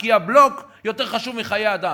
כי הבלוק יותר חשוב מחיי אדם,